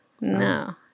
No